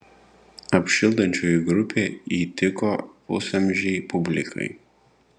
apšildančioji grupė įtiko pusamžei publikai